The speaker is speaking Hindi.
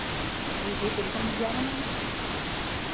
जी जी बिल्कुल मिल जाएगा मैम